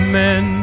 men